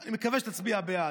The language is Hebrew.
אני מקווה שתצביע בעד.